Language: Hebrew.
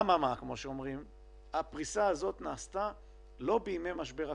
אממה, הפריסה הזו נעשתה לא בימי משבר הקורונה,